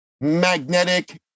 magnetic